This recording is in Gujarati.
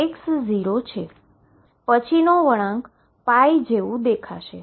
પછી નો વળાંક π જેવું દેખાશે